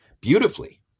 beautifully